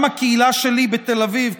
גם הקהילה שלי בתל אביב,